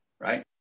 right